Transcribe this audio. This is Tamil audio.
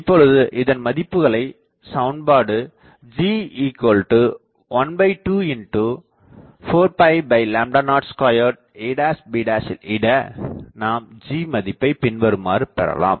இப்பொழுது இதன் மதிப்புகளைச் சமன்பாடு G12 402 ab ல் இட நாம் G மதிப்பை பின்வருமாறு பெறலாம்